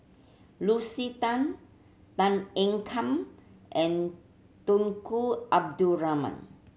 Lucy Tan Tan Ean Kiam and Tunku Abdul Rahman